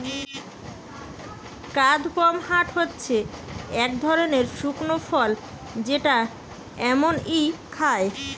কাদপমহাট হচ্ছে এক ধরনের শুকনো ফল যেটা এমনই খায়